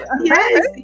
Yes